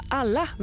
alla